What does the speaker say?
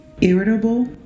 Irritable